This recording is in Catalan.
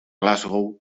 glasgow